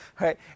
right